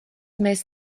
mēs